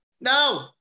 No